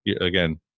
again